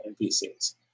npcs